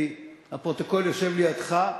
כי הפרוטוקול יושב לידך,